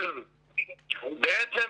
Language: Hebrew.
בעצם,